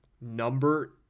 Number